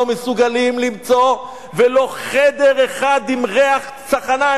לא מסוגלים למצוא ולו חדר אחד עם ריח צחנה,